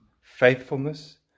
faithfulness